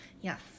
Yes